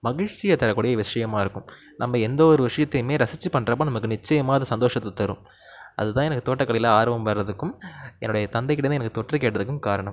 மகிழ்ச்சியை தர கூடிய விஷயமாக இருக்கும் நம்ம எந்த ஒரு விஷயத்தையும் ரசித்து பண்ணுறப்ப நமக்கு நிச்சயமாக அது சந்தோசத்தை தரும் அது தான் எனக்கு தோட்ட கலையில் ஆர்வம் வருகிறதுக்கும் என்னுடைய தந்தைக்கிட்டேருந்து எனக்கு தொற்றிக்கிட்டதுக்கும் காரணம்